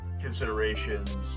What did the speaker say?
considerations